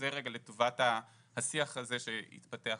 זה רגע לטובת השיח הזה שהתפתח.